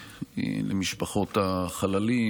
למשפחות החללים,